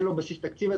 אין לו בסיס תקציב,